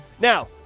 now